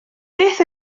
beth